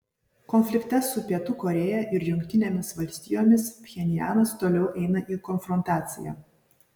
konflikte su pietų korėja ir jungtinėmis valstijomis pchenjanas toliau eina į konfrontaciją